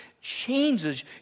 changes